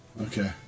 Okay